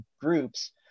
groups